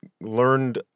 learned